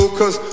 cause